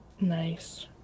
Nice